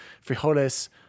frijoles